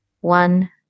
One